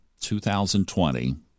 2020